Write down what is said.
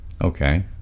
Okay